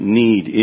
need